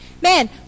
Man